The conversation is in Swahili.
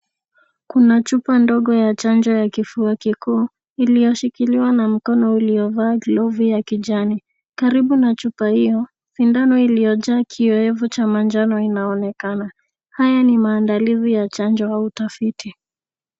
Kuna chupa ndogo ya chanjo ya kifua kikuu iliyoshikiliwa na mkono uliovaa glovu ya kijani. Karibu na chupa hio, sindano iliyojaa kioevu cha manjano inaonekana. Haya ni maandalizi ya chanjo au utafiti.